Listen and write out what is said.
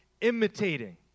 imitating